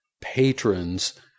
patrons